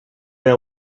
know